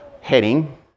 heading